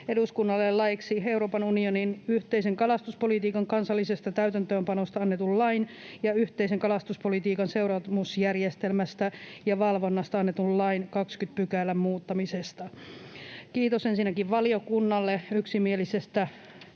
eduskunnalle laeiksi Euroopan unionin yhteisen kalastuspolitiikan kansallisesta täytäntöönpanosta annetun lain ja yhteisen kalastuspolitiikan seuraamusjärjestelmästä ja valvonnasta annetun lain 20 §:n muuttamisesta. Kiitos ensinnäkin valiokunnalle yksimielisestä